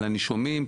הנישומים,